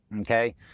Okay